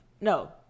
No